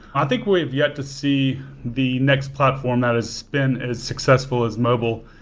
i think we've yet to see the next platform that has been as successful as mobile,